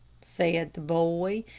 said the boy,